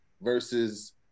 versus